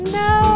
no